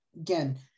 Again